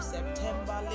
September